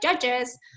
judges